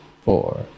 four